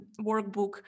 workbook